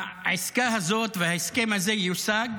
שהעסקה הזאת וההסכם הזה יושגו